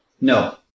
No